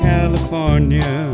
California